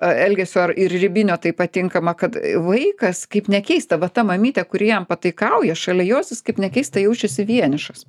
elgesio ir ribinio taip pat tinkama kad vaikas kaip nekeista va ta mamytė kuri jam pataikauja šalia jos jis kaip nekeista jaučiasi vienišas